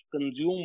consume